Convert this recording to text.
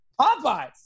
Popeye's